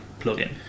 plugin